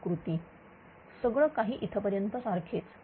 आकृती सगळं काही इथपर्यंत सारखेच